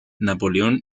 napoleón